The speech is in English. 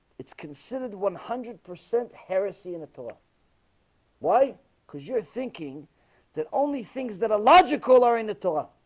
it's considered one hundred percent heresy in the torah why because you're thinking that only things that illogical are in the torah?